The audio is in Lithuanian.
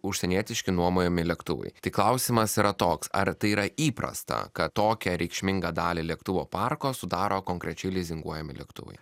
užsienietiški nuomojami lėktuvai tai klausimas yra toks ar tai yra įprasta kad tokią reikšmingą dalį lėktuvo parko sudaro konkrečiai lizinguojami lėktuvai